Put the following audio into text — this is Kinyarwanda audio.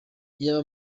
iyaba